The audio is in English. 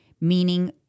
meaning